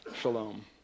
shalom